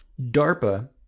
DARPA